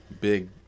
big